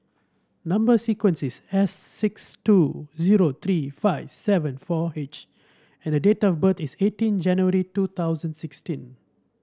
number sequence is S six two zero three five seven four H and the date of birth is eighteen January two thousand sixteen